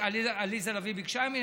עליזה לביא ביקשה ממני.